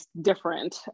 different